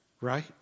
Right